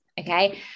okay